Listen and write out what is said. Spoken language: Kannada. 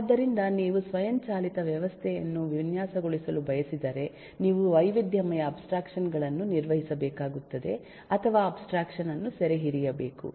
ಆದ್ದರಿಂದ ನೀವು ಸ್ವಯಂಚಾಲಿತ ವ್ಯವಸ್ಥೆಯನ್ನು ವಿನ್ಯಾಸಗೊಳಿಸಲು ಬಯಸಿದರೆ ನೀವು ವೈವಿಧ್ಯಮಯ ಅಬ್ಸ್ಟ್ರಾಕ್ಷನ್ ಗಳನ್ನು ನಿರ್ವಹಿಸಬೇಕಾಗುತ್ತದೆ ಅಥವಾ ಅಬ್ಸ್ಟ್ರಾಕ್ಷನ್ ಅನ್ನು ಸೆರೆಹಿಡಿಯಬೇಕು